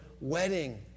wedding